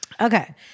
Okay